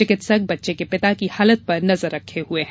चिकित्सक बच्चे के पिता की हालत पर नजर रखे हुए हैं